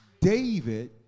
David